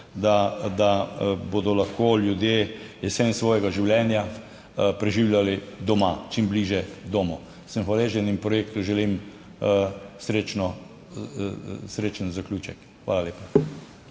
da bodo lahko ljudje jesen svojega življenja preživljali doma, čim bližje domu. Sem hvaležen in projektu želim srečen zaključek. Hvala lepa.